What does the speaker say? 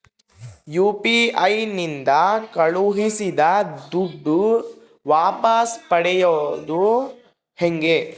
UPI ನಿಂದ ಕಳುಹಿಸಿದ ದುಡ್ಡು ವಾಪಸ್ ಪಡೆಯೋದು ಹೆಂಗ?